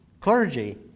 clergy